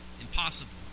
impossible